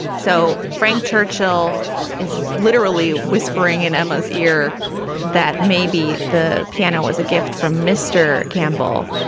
so frank churchill is literally whispering in emma's ear that maybe the piano was a gift from mr campbell,